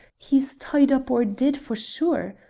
he's tied up or dead, for sure.